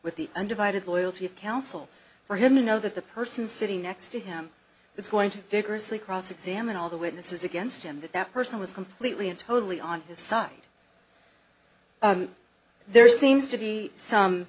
with the undivided loyalty of counsel for him to know that the person sitting next to him is going to vigorously cross examine all the witnesses against him that that person was completely and totally on his side there seems to be some